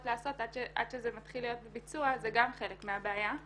לעשות עד שזה מתחיל להיות בביצוע זה גם חלק מהבעיה.